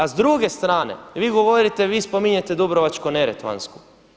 A s druge strane, vi govorite, vi spominjete Dubrovačko-neretvansku.